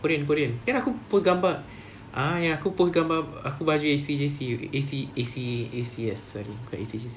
korean korean ya kan aku post gambar ah yang aku post gambar aku belajar A_C_J_C A_C A_C A_C_S not A_C_J_C sorry